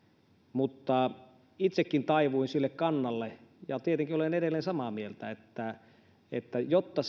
mutta itsekin taivuin sille kannalle ja tietenkin olen edelleen samaa mieltä että että jotta